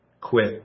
quit